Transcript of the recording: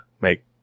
make